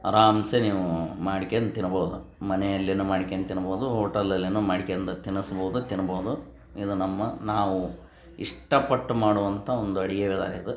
ಆರಾಮ್ಸೆ ನೀವು ಮಾಡ್ಕಂದ್ ತಿನ್ಬೋದು ಮನೆಯಲ್ಲಿನೂ ಮಾಡ್ಕಂದ್ ತಿನ್ಬೋದು ಹೋಟೆಲಲ್ಲಿಯೂ ಮಾಡ್ಕಂದ್ ತಿನ್ನಿಸ್ಬೋದು ತಿನ್ಬೋದು ಇದು ನಮ್ಮ ನಾವು ಇಷ್ಟಪಟ್ಟು ಮಾಡುವಂಥ ಒಂದು ಅಡುಗೆಗಳಾಗಿದ್ವು